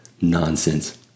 nonsense